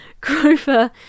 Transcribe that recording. Grover